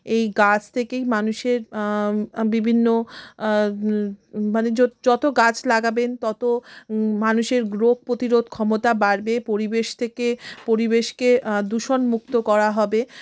এই গাছ থেকেই মানুষের বিভিন্ন মানে যত গাছ লাগাবেন তত মানুষের রোগ প্রতিরোধ ক্ষমতা বাড়বে পরিবেশ থেকে পরিবেশকে দূষণমুক্ত করা হবে